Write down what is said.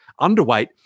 underweight